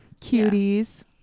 cuties